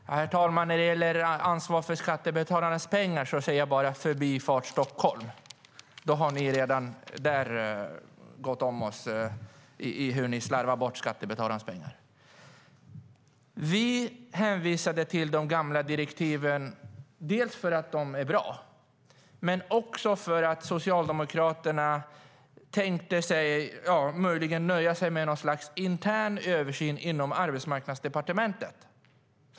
Vi hänvisade till de gamla direktiven, dels för att de är bra, dels för att Socialdemokraterna möjligen tänkte nöja sig med något slags intern översyn inom Arbetsmarknadsdepartementet.